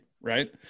right